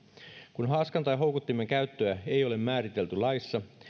kun haaskan tai houkuttimen käyttöä ei ole määritelty laissa